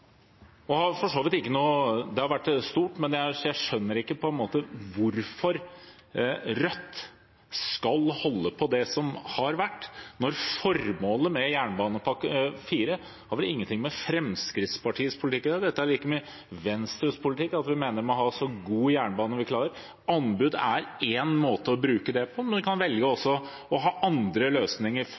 jeg skjønner på en måte ikke hvorfor Rødt skal holde på det som har vært. Formålet med jernbanepakke IV har vel ingenting med Fremskrittspartiets politikk å gjøre, dette er like mye Venstres politikk, at vi mener vi må ha en så god jernbane som vi klarer. Anbud er én ting å bruke, men man kan også velge å ha andre løsninger